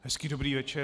Hezký dobrý večer.